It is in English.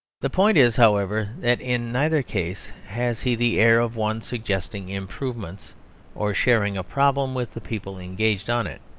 the point is, however, that in neither case has he the air of one suggesting improvements or sharing a problem with the people engaged on it.